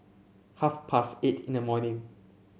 half past eight in the morning